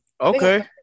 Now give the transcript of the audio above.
Okay